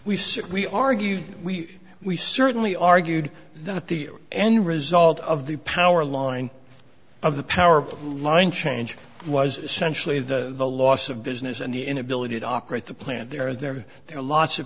paradigm we argue we we certainly argued that the end result of the power line of the power line change was essentially the loss of business and the inability to operate the plant there there there are lots of